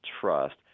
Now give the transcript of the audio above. trust